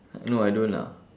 no I don't lah